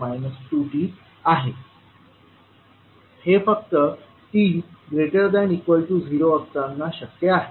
हे फक्त t ≥0 असताना शक्य आहे